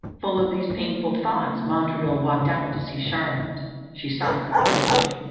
full of these painful thoughts, montraville walked out to see charlotte she saw him approach,